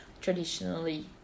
traditionally